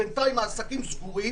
בינתיים העסקים סגורים